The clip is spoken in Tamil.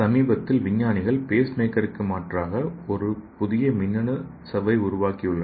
சமீபத்தில் விஞ்ஞானிகள் பேஸ்மேக்கர் க்கு மாற்றாக ஒரு புதிய மின்னணு சவ்வை உருவாக்கியுள்ளனர்